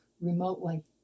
remotely